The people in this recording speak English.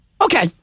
Okay